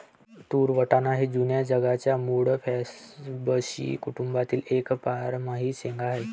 तूर वाटाणा हे जुन्या जगाच्या मूळ फॅबॅसी कुटुंबातील एक बारमाही शेंगा आहे